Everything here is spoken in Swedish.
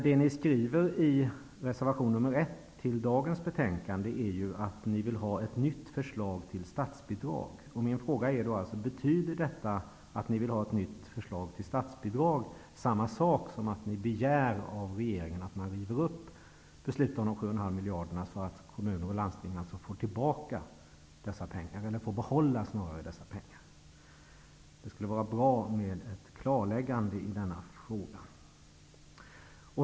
Det ni skriver i reservation nr 1 till dagens betänkande är att ni vill ha ett nytt förslag till statsbidrag. Min fråga är då: Betyder er begäran om ett nytt förslag till statsbidrag samma sak som att ni begär av regeringen att man skall riva upp beslutet om de 7,5 miljarderna, så att kommuner och landsting alltså får behålla dessa pengar? Det skulle vara bra med ett klarläggande i denna fråga.